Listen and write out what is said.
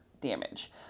damage